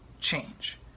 change